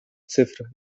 cyfr